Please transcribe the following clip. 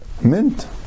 mint